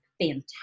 fantastic